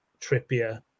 Trippier